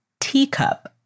teacup